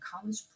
college